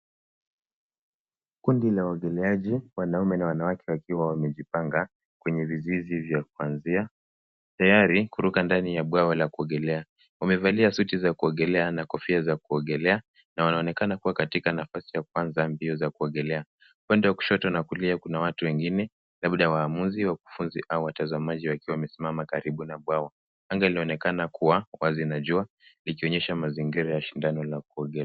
Kundi la waogeleaji wanaume na wanawake wakiwa wamejipanga kwenye vizuizi vya kuanzia tayari kuruka katika bwawa la kuogelea. Wamevalia suti za kuogelea na kofia za kuogelea na wanaonekana kuwa katika mbio za kuogelea. Upande wa kushoto na kulia kuna watu wengine labda waamuzi, wakufunzi au watazamaji wakiwa wamesimama karibu na mabwawa. Anga inaonekana kuwa wazi na jua ikionyesha mazingira ya shindano la kuogelea.